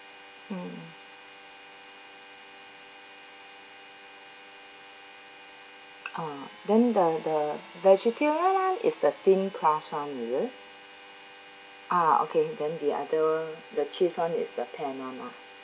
mm uh don't bother vegetarian one is the thin crust [one] is it uh okay then the other the cheese one is the pan one lah